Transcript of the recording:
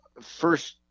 first